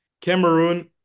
Cameroon